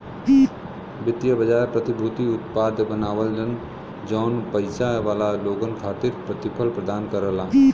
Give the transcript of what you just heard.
वित्तीय बाजार प्रतिभूति उत्पाद बनावलन जौन पइसा वाला लोगन खातिर प्रतिफल प्रदान करला